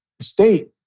State